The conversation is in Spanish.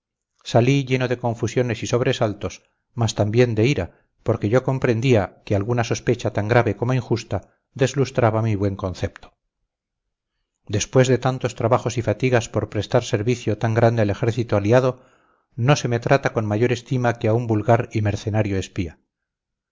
salí lleno de confusiones y sobresaltos mas también de ira porque yo comprendía que alguna sospecha tan grave como injusta deslustraba mi buen concepto después de tantos trabajos y fatigas por prestar servicio tan grande al ejército aliado no se me trataba con mayor estima que a un vulgar y mercenario espía